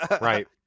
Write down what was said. Right